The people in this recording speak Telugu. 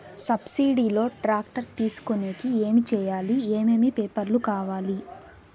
సబ్సిడి లో టాక్టర్ తీసుకొనేకి ఏమి చేయాలి? ఏమేమి పేపర్లు కావాలి?